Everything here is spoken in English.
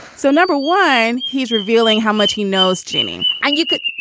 so, number one, he's revealing how much he knows jenny. and you could.